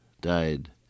died